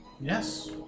Yes